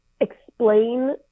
explain